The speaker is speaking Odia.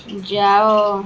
ଯାଅ